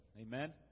amen